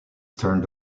turned